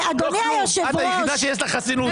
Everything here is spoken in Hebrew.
את היחידה שיש לה חסינות כאן.